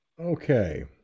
Okay